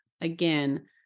again